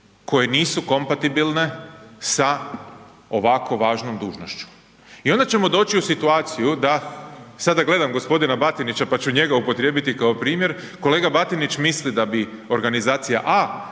koje nisu kompatibilne sa ovako važnom dužnošću i onda ćemo doći u situaciju da, sada gledam g. Batinića, pa ću njega upotrijebiti kao primjer, kolega Batinić misli da bi organizacija A